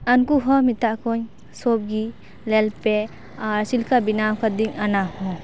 ᱩᱱᱠᱩ ᱦᱚᱸ ᱢᱮᱛᱟᱫ ᱠᱚᱣᱟᱹᱧ ᱥᱳᱵᱚ ᱜᱮ ᱧᱮᱞ ᱯᱮ ᱟᱨ ᱪᱮᱫ ᱞᱮᱠᱟ ᱵᱮᱱᱟᱣ ᱟᱠᱟᱫᱟᱹᱧ ᱟᱱᱟ ᱦᱚᱸ